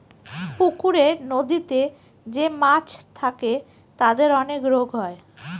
পুকুরে, নদীতে যে মাছ থাকে তাদের অনেক রোগ হয়